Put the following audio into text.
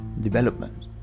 development